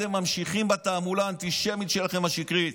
אתם ממשיכים בתעמולה האנטישמית שלכם, השקרית.